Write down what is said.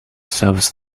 serves